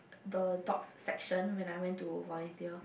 the dog section when I went to volunteer